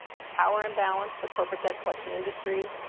the power imbalance, the corporate debt collection industry,